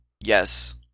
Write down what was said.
Yes